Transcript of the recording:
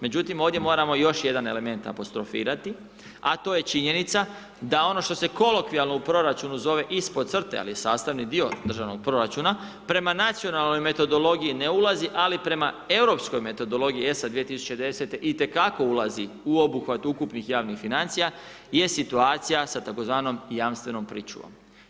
Međutim, ovdje moramo još jedan element apostrofirati a to je činjenica, da ono što se kolokvijalno u proračunu zove ispod crte, ali je sastavni dio državnog proračuna, prema nacionalnoj metodologiji, ne ulazi, ali prema europskoj metodologiji ESA 2010. itekako ulazi u obuhvat ukupnih javnih financija, je situacija, s tzv. jamstvenom pričuvom.